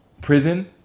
Prison